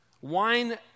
Wine